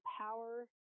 power